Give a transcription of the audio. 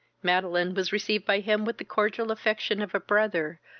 madeline was received by him with the cordial affection of a brother,